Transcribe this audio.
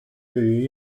对于